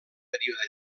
període